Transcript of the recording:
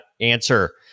answer